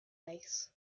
lace